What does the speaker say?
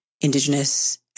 Indigenous